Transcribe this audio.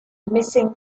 missing